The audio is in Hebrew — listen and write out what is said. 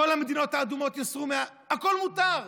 כל המדינות האדומות יוסרו, הכול מותר.